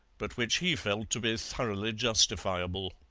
but which he felt to be thoroughly justifiable.